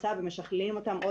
בקצה הוא יושב במקלטים, 70%